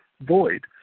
void